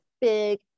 big